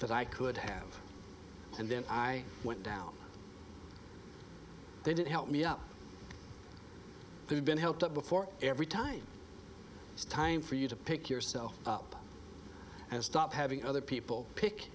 that i could have and then i went down they didn't help me up they've been helped up before every time it's time for you to pick yourself up and stop having other people pick